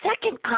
Second